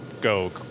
go